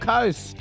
Coast